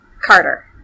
Carter